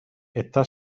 está